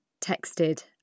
texted